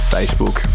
Facebook